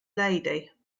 lady